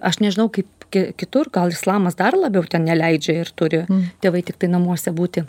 aš nežinau kaip kitur gal islamas dar labiau neleidžia ir turi tėvai tiktai namuose būti